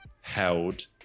held